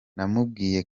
namubwiye